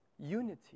Unity